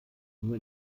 nur